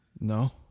No